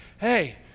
hey